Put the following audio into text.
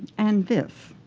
and this,